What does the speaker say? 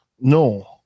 No